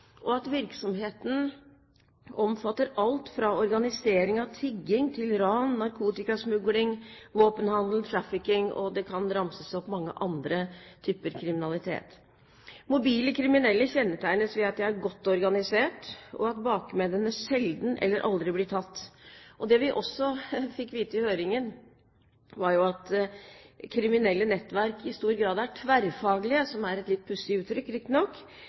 mafialignende nettverk. Virksomheten omfatter alt fra organisering av tigging til ran, narkotikasmugling, våpenhandel, trafficking – det kan ramses opp mange andre typer kriminalitet. Mobile kriminelle kjennetegnes ved at de er godt organisert, og at bakmennene sjelden eller aldri blir tatt. Det vi også fikk vite i høringen, var at kriminelle nettverk i stor grad er tverrfaglige, som er et litt pussig uttrykk, riktignok.